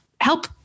help